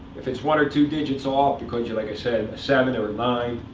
if it's one or two digits so off because you're, like i said, a seven or a nine,